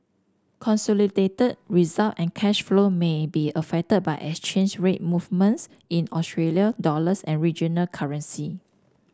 consolidated result and cash flow may be affected by exchange rate movements in Australia dollars and regional currency